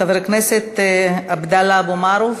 חבר הכנסת עבדאללה אבו מערוף.